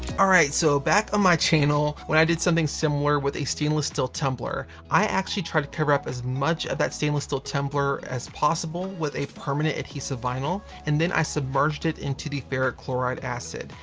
so back on my channel when i did something similar with a stainless steel tumbler, i actually tried to cover up as much of that stainless steel tumbler as possible with a permanent adhesive vinyl, and then i submerged it into the ferric chloride acid.